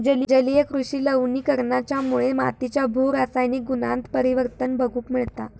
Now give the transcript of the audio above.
जलीय कृषि लवणीकरणाच्यामुळे मातीच्या भू रासायनिक गुणांत परिवर्तन बघूक मिळता